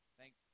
thank